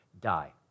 Die